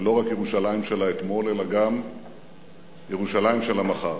ולא רק ירושלים של האתמול אלא גם ירושלים של המחר.